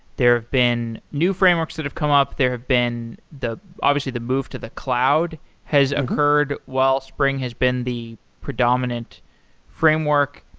there have been new frameworks that have come up. there have been, obviously, the move to the cloud has occurred while spring has been the predominant framework.